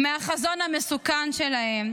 מהחזון המסוכן שלהם,